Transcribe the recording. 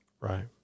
right